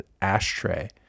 ashtray